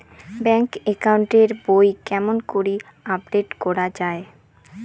Bank account এর বই কেমন করি আপডেট করা য়ায়?